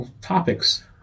Topics